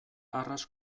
arras